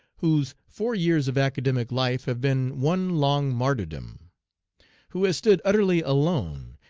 whose four years of academic life have been one long martyrdom who has stood utterly alone,